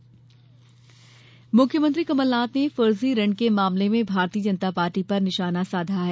मुख्यमंत्री मुख्यमंत्री कमलनाथ ने फर्जी ऋण के मामले में भारतीय जनता पार्टी पर निशाना साधा है